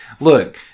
Look